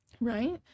right